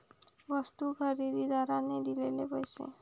वस्तू खरेदीदाराने दिलेले पैसे